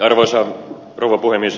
arvoisa rouva puhemies